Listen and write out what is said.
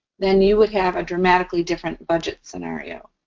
then you would have a dramatically different budget scenario.